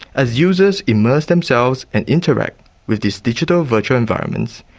as users immerse themselves and interact with these digital virtual environments,